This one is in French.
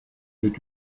est